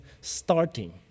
starting